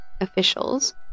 officials